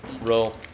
Roll